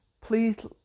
please